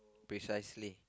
precisely